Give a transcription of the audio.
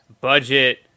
budget